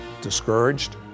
Discouraged